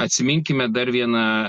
atsiminkime dar vieną